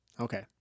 okay